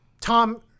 Tom